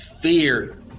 Fear